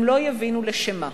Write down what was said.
הם לא יבינו לשם מה.